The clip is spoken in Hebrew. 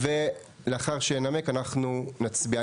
ולאחר שינמק אנחנו נצביע.